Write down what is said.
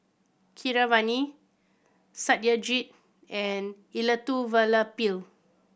Keeravani Satyajit and Elattuvalapil